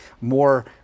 more